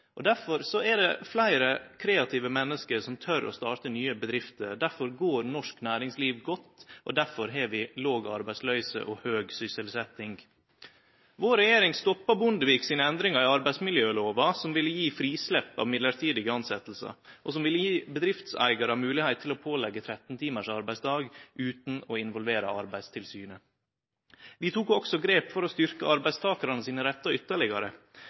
er det fleire kreative menneske som tør å starte nye bedrifter, difor går norsk næringsliv godt, og difor har vi låg arbeidsløyse og høg sysselsetjing. Vår regjering stoppa Bondevik sine endringar i arbeidsmiljølova, som ville gi frislepp av midlertidige tilsetjingar, og som ville gje bedriftseigarar moglegheit til å påleggje 13 timars arbeidsdagar utan å involvere Arbeidstilsynet. Vi tok òg grep for å styrkje arbeidstakarane sine rettar ytterlegare.